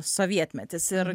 sovietmetis ir